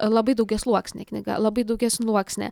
labai daugiasluoksnė knyga labai daugiasluoksnė